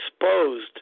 exposed